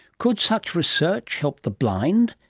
could such research help the blind,